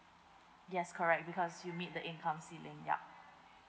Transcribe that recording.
yes correct because you meet the income ceiling yup